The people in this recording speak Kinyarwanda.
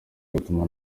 gutuma